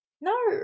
No